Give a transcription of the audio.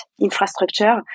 infrastructure